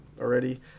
already